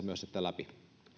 myös läpi